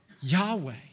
Yahweh